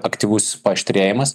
aktyvus paaštrėjimas